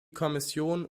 kommission